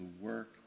work